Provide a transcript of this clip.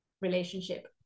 relationship